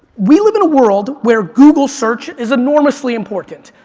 we live in a world where google search is enormously important.